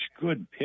good